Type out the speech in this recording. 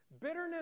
bitterness